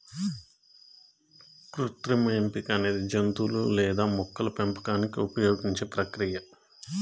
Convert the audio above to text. కృత్రిమ ఎంపిక అనేది జంతువులు లేదా మొక్కల పెంపకానికి ఉపయోగించే ప్రక్రియ